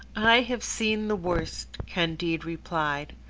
i have seen the worst, candide replied.